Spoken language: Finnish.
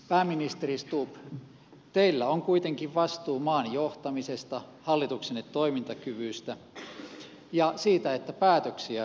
pääministeri stubb teillä on kuitenkin vastuu maan johtamisesta hallituksenne toimintakyvystä ja siitä että päätöksiä saadaan aikaan